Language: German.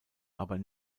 aber